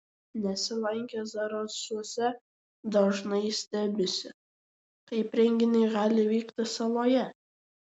nesilankę zarasuose dažnai stebisi kaip renginiai gali vykti saloje